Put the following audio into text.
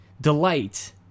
delight